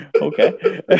okay